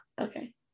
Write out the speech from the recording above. Okay